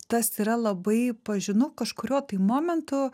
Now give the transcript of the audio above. tas yra labai pažinau kažkuriuo tai momentu